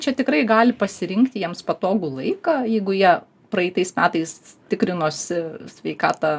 čia tikrai gali pasirinkti jiems patogų laiką jeigu jie praeitais metais tikrinosi sveikatą